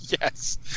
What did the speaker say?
Yes